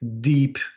deep